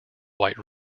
white